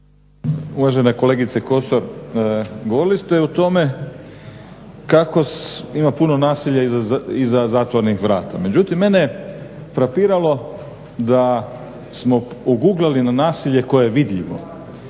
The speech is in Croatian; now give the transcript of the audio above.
Uvažena kolegice Kosor, govorili ste o tome kako ima puno nasilja iza zatvorenih vrata. Međutim mene je frapiralo da smo oguglali na nasilje koje je vidljivo.